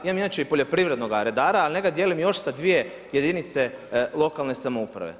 Imam inače i poljoprivrednoga redara, ali njega dijelim još sa dvije jedinice lokalne samouprave.